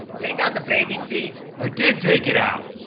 take out the baby seat. i did take it out.